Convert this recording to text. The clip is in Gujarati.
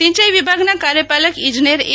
સિંચાઈ વિભાગ ના કાર્યપાલક ઈજનેર એ